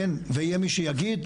כן ויהיה מי שיגיד,